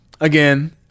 again